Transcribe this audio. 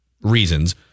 reasons